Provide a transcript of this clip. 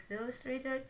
illustrator